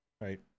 right